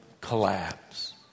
collapse